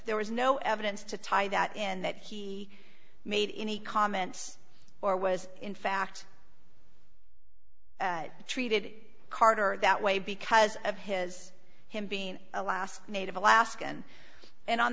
there was no evidence to tie that in that he made any comments or was in fact treated carter that way because of his him being a last native alaskan and on